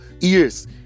ears